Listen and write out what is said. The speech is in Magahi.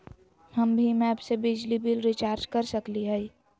हम भीम ऐप से बिजली बिल रिचार्ज कर सकली हई?